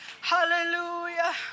hallelujah